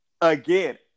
again